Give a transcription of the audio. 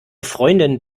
freundin